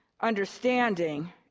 understanding